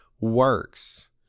works